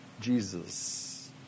Jesus